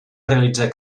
realitzar